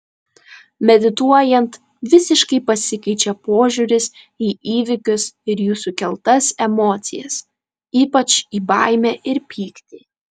medituojant visiškai pasikeičia požiūris į įvykius ir jų sukeltas emocijas ypač į baimę ir pyktį